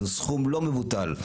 זהו סכום לא מבוטל,